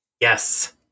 Yes